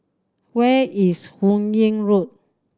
where is Hun Yeang Road